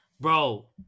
Bro